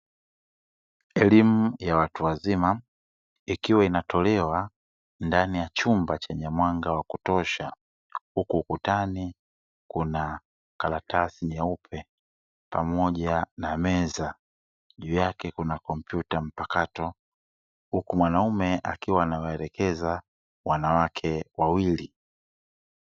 Elimu ya watu wazima, ikiwa inatolewa ndani ya chumba chenye mwanga wa kutosha, hukutani kuna karatasi nyeupe pamoja na meza, juu yake kuna kompyuta mpakato, huku mwanamume akiwa amewaelekeza wanawake wawili.